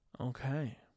Okay